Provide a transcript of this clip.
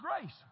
grace